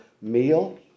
meal